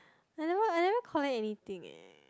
I never I never collect anything eh